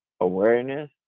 awareness